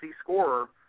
scorer